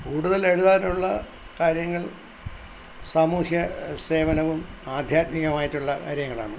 കൂടുതൽ എഴുതാനുള്ള കാര്യങ്ങൾ സാമൂഹ്യ സേവനവും ആധ്യാത്മികമായിട്ടുള്ള കാര്യങ്ങളാണ്